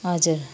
हजुर